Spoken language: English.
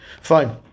Fine